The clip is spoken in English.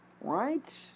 Right